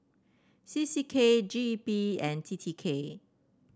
C C K G E P and T T K